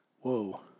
Whoa